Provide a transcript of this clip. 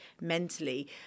mentally